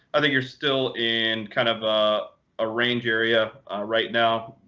i think you're still in kind of a ah range area right now.